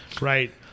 right